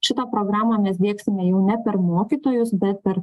šitą programą mes diegsime jau ne per mokytojus bet per